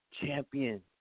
champion